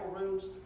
rooms